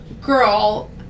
girl